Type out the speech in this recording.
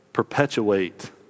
Perpetuate